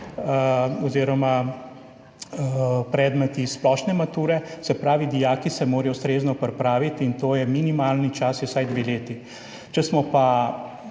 oziroma predmet splošne mature. Se pravi, dijaki se morajo ustrezno pripraviti, torej je minimalni čas vsaj dve leti. Če smo pa